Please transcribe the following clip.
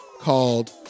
called